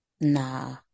nah